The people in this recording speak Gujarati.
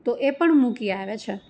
તો એ પણ મૂકી આવે છે